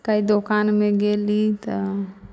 कए दोकानमे गेली तऽ